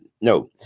No